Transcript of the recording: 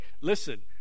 listen